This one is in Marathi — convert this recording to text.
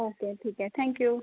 ओके ठीक आहे थँक्यू